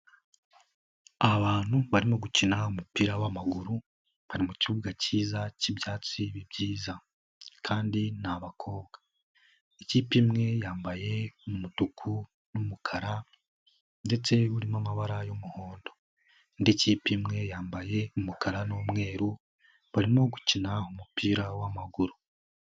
Abantu barimo gukina umupira w'amaguru, bari mukibuga cyiza cy'ibyatsi byiza, kandi ni abakobwa. Ikipe imwe yambaye umutuku n'umukara ndetse burimo amabara y'umuhondo. Indi kipe imwe yambaye umukara n'umweru, barimo gukina umupira w'amaguru.